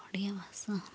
ବଢ଼ିଆ ଭାଷା